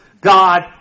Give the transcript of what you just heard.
God